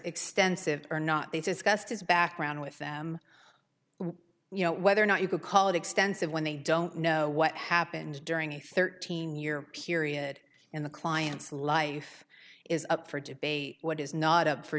extensive or not they discussed his background with them you know whether or not you could call it extensive when they don't know what happened during the thirteen year period in the client's life is up for debate what is not up for